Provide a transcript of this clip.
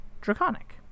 draconic